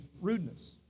rudeness